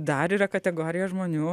dar yra kategorija žmonių